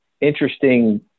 interesting